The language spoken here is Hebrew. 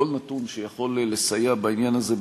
או כל נתון שיכול לסייע בעניין הזה,